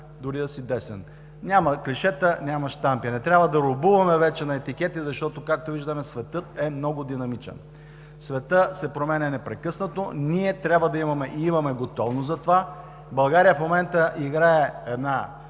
дори да си десен. Няма клишета, няма щампи. Не трябва да робуваме вече на етикети, защото, както виждаме, светът е много динамичен. Светът се променя непрекъснато, ние трябва да имаме и имаме готовност за това. България в момента играе